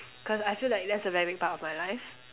cause I feel like that's a very big part of my life